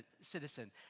citizen